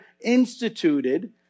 instituted